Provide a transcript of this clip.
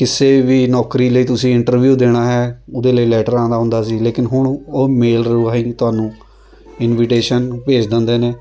ਕਿਸੇ ਵੀ ਨੌਕਰੀ ਲਈ ਤੁਸੀਂ ਇੰਟਰਵਿਊ ਦੇਣਾ ਹੈ ਉਹਦੇ ਲਈ ਲੈਟਰ ਆਉਂਦਾ ਹੁੰਦਾ ਸੀ ਲੇਕਿਨ ਹੁਣ ਉਹ ਮੇਲ ਰਾਹੀਂ ਤੁਹਾਨੂੰ ਇੰਨਵੀਟੇਸ਼ਨ ਭੇਜ ਦਿੰਦੇ ਨੇ